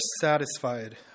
satisfied